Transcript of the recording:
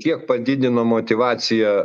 kiek padidino motyvaciją